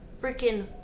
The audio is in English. freaking